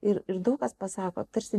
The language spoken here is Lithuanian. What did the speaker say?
ir ir daug kas pasako tarsi